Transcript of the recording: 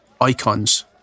icons